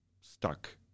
stuck